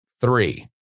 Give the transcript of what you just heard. three